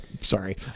sorry